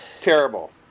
Terrible